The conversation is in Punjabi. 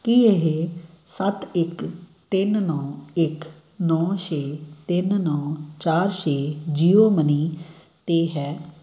ਕੀ ਇਹ ਸੱਤ ਇੱਕ ਤਿੰਨ ਨੌਂ ਇੱਕ ਨੌਂ ਛੇ ਤਿੰਨ ਨੌਂ ਚਾਰ ਛੇ ਜੀਓ ਮਨੀ 'ਤੇ ਹੈ